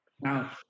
Now